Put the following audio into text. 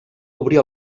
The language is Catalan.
obrir